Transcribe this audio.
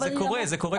זה קורה לא מעט.